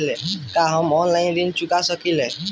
का हम ऑनलाइन ऋण चुका सके ली?